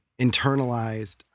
internalized